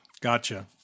Gotcha